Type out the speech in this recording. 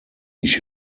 ich